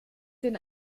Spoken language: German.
den